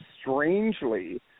strangely –